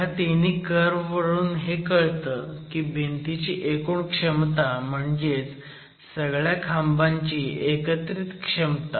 ह्या तिन्ही कर्व्ह वरून हे कळतं की भिंतीची एकूण क्षमता म्हणजेच सगळ्या खांबांची एकत्रित क्षमता